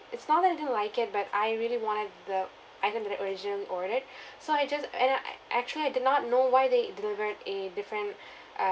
it's not I don't like it but I really wanted the item that I originally ordered so I just when I I actually I did not know why they delivered a different uh